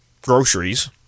groceries